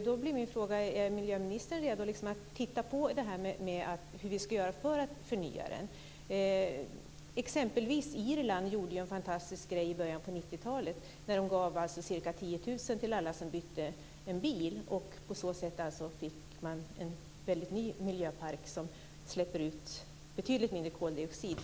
Då blir min fråga: Är miljöministern redo att titta på hur vi ska göra för att förnya den? Irland gjorde ju t.ex. en fantastiskt grej i början på 90-talet när de gav ca 10 000 till dem som bytte bil. På så sätt fick de en väldigt ny bilpark som släpper ut betydligt mindre koldioxid.